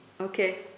Okay